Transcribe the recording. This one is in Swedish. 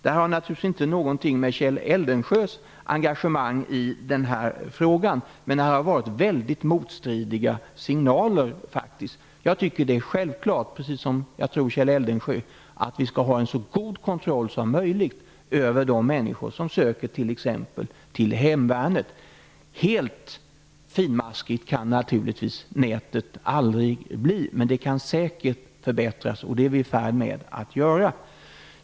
Detta har naturligtvis inte någonting med Kjell Eldensjös engagemang i denna fråga att göra, men det har varit väldigt mostridiga signaler. Jag tycker att det är självklart, precis som, tror jag, Kjell Eldensjö, att vi skall ha en så god kontroll som möjligt över de människor som söker t.ex. till hemvärnet. Helt finmaskigt kan naturligtvis nätet aldrig bli, men det kan säkert förbättras, vilket vi är i färd med att göra.